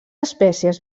espècies